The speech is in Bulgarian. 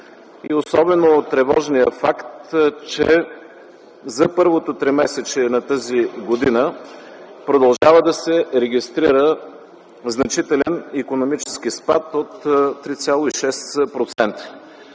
особено тревожния факт, че за първото тримесечие на тази година продължава да се регистрира значителен икономически спад от 3,6%.